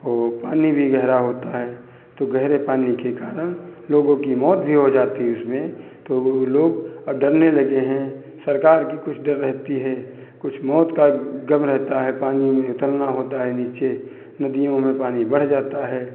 वो पानी भी गहरा होता है तो गहरे पानी के कारण लोगों की मौत भी हो जाती है उसमें तो वो लोग अब डरने लगे हैं सरकार की कुछ डर रहती है कुछ मौत का गम रहता है पानी में उतरना होता है नीचे नदियों में पानी बढ़ जाता है